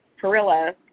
perilla